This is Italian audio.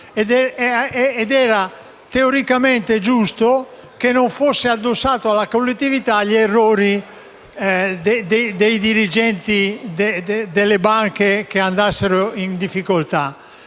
Era teoricamente giusto che non fossero addossati alla collettività gli errori dei dirigenti delle banche che andassero in difficoltà.